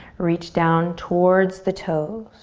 reach down towards the toes.